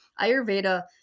Ayurveda